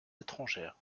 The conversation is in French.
étrangères